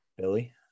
Billy